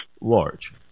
large